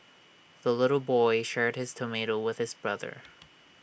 the little boy shared his tomato with his brother